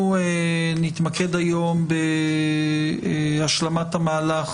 אנחנו נתמקד היום בהשלמת המהלך